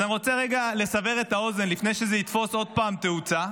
אז אני רוצה רגע לסבר את האוזן לפני שזה יתפוס עוד פעם תאוצה.